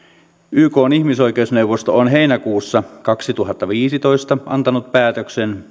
ykn ihmisoikeusneuvosto on heinäkuussa kaksituhattaviisitoista antanut päätöksen